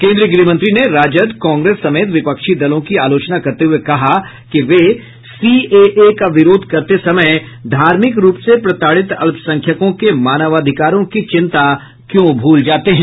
केन्द्रीय गृहमंत्री ने राजद कांग्रेस समेत विपक्षी दलों की आलोचना करते हुए कहा कि वे सीएए का विरोध करते समय धार्मिक रूप से प्रताड़ित अल्पसंख्यकों के मानवाधिकारों की चिंता क्यों भूल जाते हैं